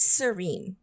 serene